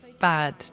bad